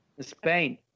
Spain